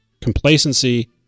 Complacency